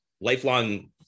lifelong